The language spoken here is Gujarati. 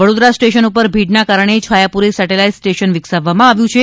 વડોદરા સ્ટેશન પર ભીડના કારણે છાયાપુરી સેટેલાઇટ સ્ટેશન વિકસાવવામાં આવ્યું છે